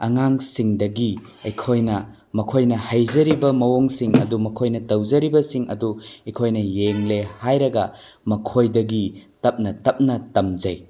ꯑꯉꯥꯡꯁꯤꯡꯗꯒꯤ ꯑꯩꯈꯣꯏꯅ ꯃꯈꯣꯏꯅ ꯍꯩꯖꯔꯤꯕ ꯃꯑꯣꯡꯁꯤꯡ ꯑꯗꯨ ꯃꯈꯣꯏꯅ ꯇꯧꯖꯔꯤꯕꯁꯤꯡ ꯑꯗꯨ ꯑꯩꯈꯣꯏꯅ ꯌꯦꯡꯂꯦ ꯍꯥꯏꯔꯒ ꯃꯈꯣꯏꯗꯒꯤ ꯇꯞꯅ ꯇꯞꯅ ꯇꯝꯖꯩ